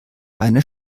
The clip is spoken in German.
eine